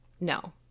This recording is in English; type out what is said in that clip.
no